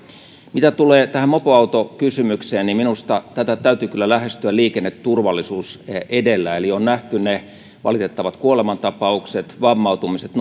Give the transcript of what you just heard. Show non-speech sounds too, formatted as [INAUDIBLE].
mitä tulee tähän mopoautokysymykseen niin minusta tätä täytyy kyllä lähestyä liikenneturvallisuus edellä eli on nähty ne valitettavat kuolemantapaukset vammautumiset [UNINTELLIGIBLE]